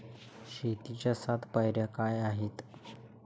शेतीच्या सात पायऱ्या काय आहेत?